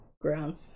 ground